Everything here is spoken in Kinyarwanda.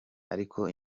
ariko